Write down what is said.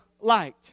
light